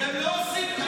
אתם לא עושים כלום ומשקרים.